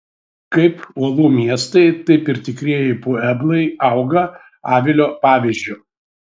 kaip uolų miestai taip ir tikrieji pueblai auga avilio pavyzdžiu